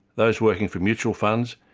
those working for mutual funds,